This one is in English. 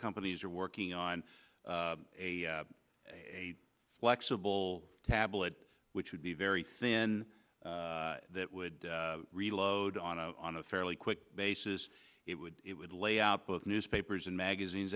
companies are working on a flexible tablet which would be very thin that would reload on a on a fairly quick basis it would it would lay out both newspapers and magazines